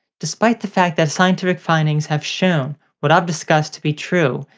despite the fact that scientific finding have shown what i've discussed to be true,